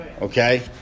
Okay